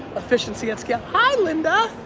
efficiency at scale hi linda!